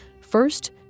First